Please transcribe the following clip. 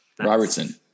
Robertson